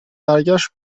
برگشت